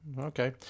okay